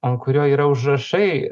ant kurio yra užrašai